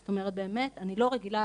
זאת אומרת, אני לא רגילה